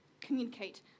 communicate